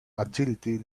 agility